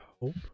hope